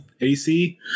AC